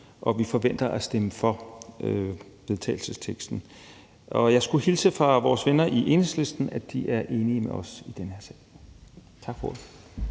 og vi forventer at stemme for. Jeg skulle hilse fra vores venner i Enhedslisten og sige, at de også er enige med os i den her sag. Tak for ordet.